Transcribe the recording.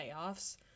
payoffs